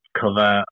cover